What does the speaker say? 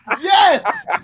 Yes